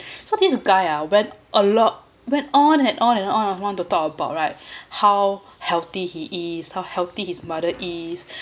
so this guy ah went a lot went on and on and on and wanted to talk about right how healthy he is how healthy his mother is